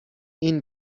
این